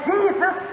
Jesus